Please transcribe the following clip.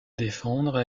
défendre